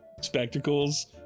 spectacles